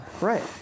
Right